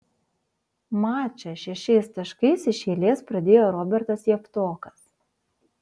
mačą šešiais taškais iš eilės pradėjo robertas javtokas